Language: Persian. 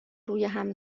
رویهم